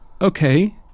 Okay